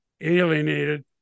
alienated